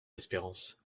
espérance